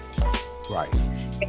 Right